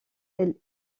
elle